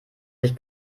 sich